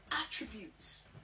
attributes